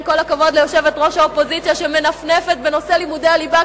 עם כל הכבוד ליושבת-ראש האופוזיציה שמנפנפת בנושא לימודי הליבה,